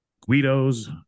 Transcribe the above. Guido's